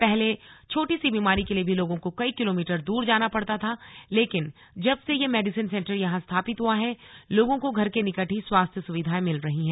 पहले छोटी सी बीमारी के लिए भी लोगों को कई किलोमीटर दूर जाना पड़ता था लेकिन जब से यह मेडिसन सेंटर यहां स्थापित हुआ है लोगों को घर के निकट ही स्वास्थ्य सुविधा मिल रही है